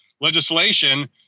legislation